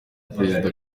perezida